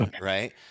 right